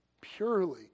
purely